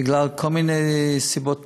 בגלל כל מיני סיבות טכניות,